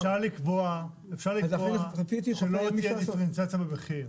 אפשר לקבוע שלא תהיה אינפלציה במחיר.